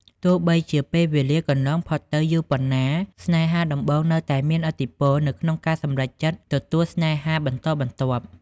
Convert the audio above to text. ទោះបីជាពេលវេលាកន្លងផុតទៅយូរប៉ុណ្ណា ស្នេហាដំបូងនៅតែមានឥទ្ធិពលនៅក្នុងការសម្រេចចិត្តទទួលស្នេហាបន្តបន្ទាប់។